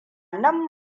nan